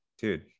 dude